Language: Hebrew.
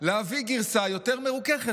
להביא גרסה יותר מרוככת,